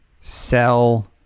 sell